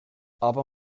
aber